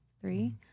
Three